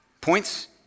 points